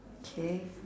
K